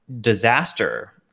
disaster